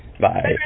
Bye